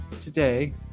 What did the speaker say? today